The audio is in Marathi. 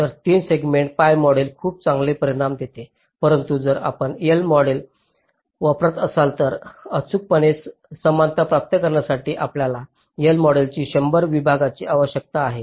तर 3 सेगमेंट pi मॉडेल खूप चांगले परिणाम देते परंतु जर आपण L मॉडेल वापरत असाल तर अचूकतेची समानता प्राप्त करण्यासाठी आपल्याला या L मॉडेलच्या 100 विभागांची आवश्यकता आहे